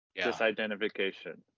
disidentification